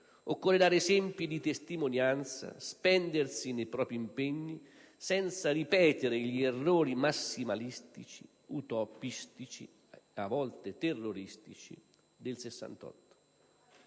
occorre dare esempi di testimonianza, spendersi nei propri impegni, senza ripetere gli errori massimalistici, utopistici, a volte terroristici del '68.